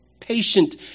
patient